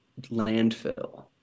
landfill